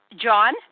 John